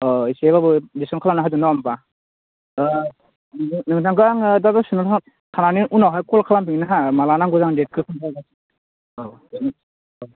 अ एसेब्लाबो डिसकाउन्ट खालामना होदो नङा होमब्ला नोंथांखो आङो दा दसे उनाव थानानै उनावहाय कल खालामफिनगोन हो माला नांगौ जायो आं डेटखौ खोनथाहरगोन औ दोन